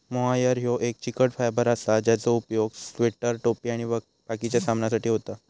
mohair ह्यो एक चिकट फायबर असा ज्याचो उपयोग स्वेटर, टोपी आणि बाकिच्या सामानासाठी होता